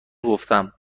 گفتم